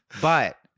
but-